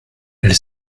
elle